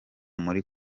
muri